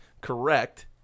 correct